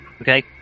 Okay